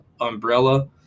umbrella